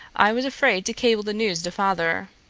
i was afraid to cable the news to father.